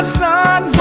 sun